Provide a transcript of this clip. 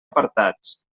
apartats